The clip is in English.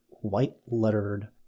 white-lettered